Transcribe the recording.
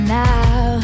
now